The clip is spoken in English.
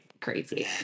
crazy